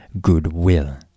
goodwill